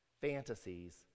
fantasies